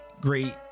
great